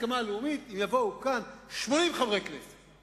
הסכמה לאומית זה אם יבואו כאן 80 חברי כנסת,